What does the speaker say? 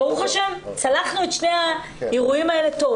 ברוך השם צלחנו את שני האירועים האלה היטב.